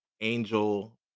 Angel